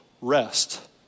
Rest